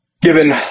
given